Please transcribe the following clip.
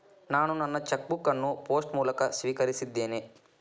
ನಾನು ನನ್ನ cheque book ಅನ್ನು ಪೋಸ್ಟ್ ಮೂಲಕ ಸ್ವೀಕರಿಸಿದ್ದೇನೆ